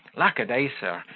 lack-a-day! sir,